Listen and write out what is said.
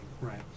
Right